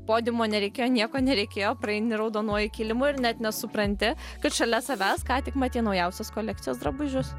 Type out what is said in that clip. podiumo nereikėjo nieko nereikėjo praeini raudonuoju kilimu ir net nesupranti kad šalia savęs ką tik matei naujausios kolekcijos drabužius